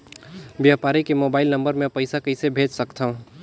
व्यापारी के mobile number मे पईसा कइसे भेज सकथव?